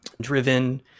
driven